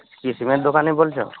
কি সিমেন্ট দোকান বলছো